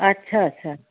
अच्छा अच्छा